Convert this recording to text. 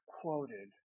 quoted